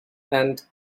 and